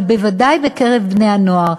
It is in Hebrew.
אבל בוודאי בקרב בני-הנוער,